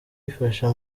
ifasha